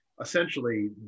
essentially